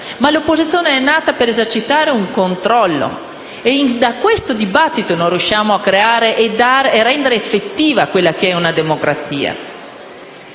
l'opposizione è nata per esercitare un controllo. E da questo dibattito non riusciamo a rendere effettiva la democrazia.